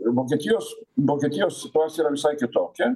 vokietijos vokietijos situacija yra visai kitokia